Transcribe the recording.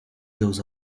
those